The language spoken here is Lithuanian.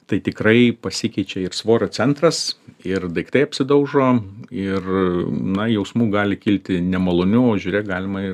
tai tikrai pasikeičia ir svorio centras ir daiktai apsidaužo ir na jausmų gali kilti nemalonių žiūrėk galima